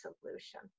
solution